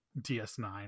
DS9